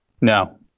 No